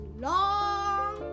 long